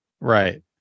right